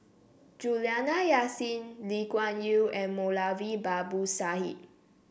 Juliana Yasin Lee Kuan Yew and Moulavi Babu Sahib